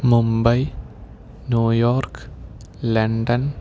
Mumbai New York London